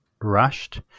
rushed